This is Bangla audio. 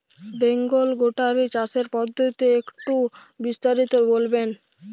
বেঙ্গল গোটারি চাষের পদ্ধতি একটু বিস্তারিত বলবেন?